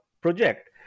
project